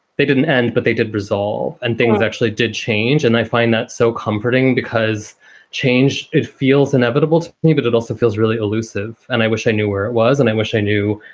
they didn't end, but they did resolve and things actually did change. and i find that so comforting because change it feels inevitable. but it also feels really elusive. and i wish i knew where it was. and i wish i knew.